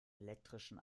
elektrischen